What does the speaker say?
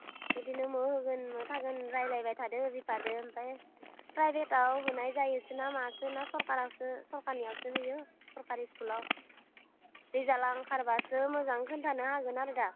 बिदिनो बहा होगोन बहा थांगोन रायज्लायबाय थादों बिफाजों ओमफ्राय प्राइभेटाव होनाय जायोसोना मासोना सरकारावसो सरकारनियावसो होयो सरकारि स्कुलाव रिजाल्टआ ओंखारबासो मोजां खिन्थानो हागोन आरो दा